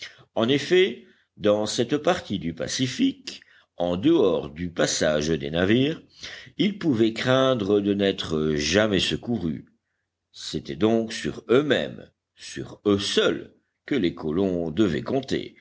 en effet dans cette partie du pacifique en dehors du passage des navires il pouvait craindre de n'être jamais secouru c'était donc sur eux-mêmes sur eux seuls que les colons devaient compter